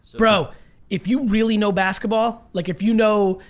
bro if you really know basketball, like if you know,